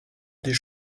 des